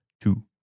two